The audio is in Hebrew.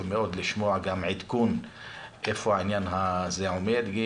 מאוד לשמוע גם עדכון איפה העניין הזה עומד.